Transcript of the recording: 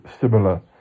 similar